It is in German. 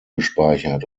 gespeichert